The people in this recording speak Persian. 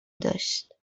داشت